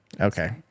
Okay